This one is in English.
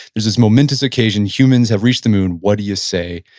there's this momentous occasion, humans have reached the moon. what do you say?